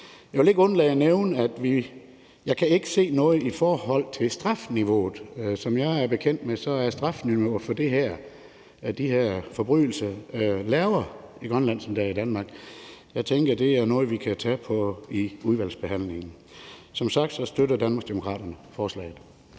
Jeg vil ikke undlade at nævne, at jeg ikke kan se noget i forhold til strafniveauet. Mig bekendt er strafniveauet for de her forbrydelser lavere i Grønland, end det er i Danmark. Jeg tænker, det er noget, vi kan tage i udvalgsbehandlingen. Som sagt støtter Danmarksdemokraterne forslaget.